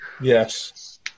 Yes